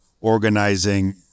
organizing